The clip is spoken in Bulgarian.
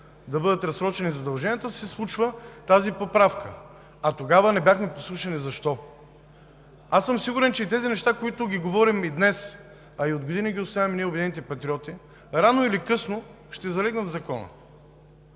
да бъдат разсрочени задълженията, се случва тази поправка. А тогава не бяхме послушани. Защо? Аз съм сигурен, че и тези неща, които говорим днес, а и от години ги отстояваме ние от „Обединените патриоти“, рано или късно ще залегнат в Закона.